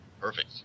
Perfect